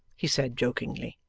he said jokingly,